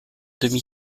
demi